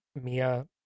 Mia